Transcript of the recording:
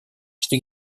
что